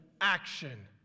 action